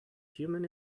human